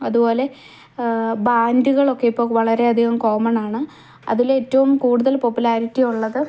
അതുപോലെ ബാൻഡുകളൊക്കെ ഇപ്പോൾ വളരെയധികം കോമൺ ആണ് അതിൽ ഏറ്റവും കൂടുതൽ പോപ്പുലാരിറ്റി ഉള്ളത്